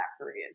careers